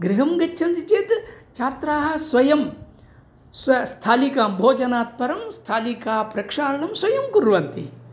गृहं गच्छन्ति चेत् छात्राः स्वयं स्वस्थालिकां भोजनात् परं स्थालिकाप्रक्षालनं स्वयं कुर्वन्ति